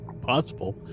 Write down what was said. Possible